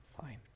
fine